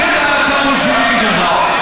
הבולשביקית שלך.